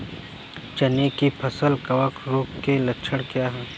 चना की फसल कवक रोग के लक्षण क्या है?